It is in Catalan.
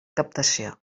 captació